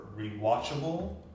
rewatchable